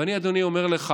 ואני, אדוני, אומר לך